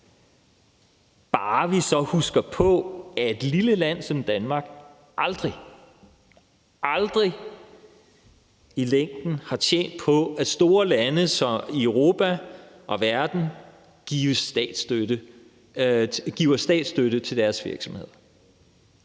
bare huske på, at et lille land som Danmark aldrig i længden har tjent på, at store lande i Europa og verden giver statsstøtte til deres virksomheder.